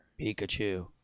Pikachu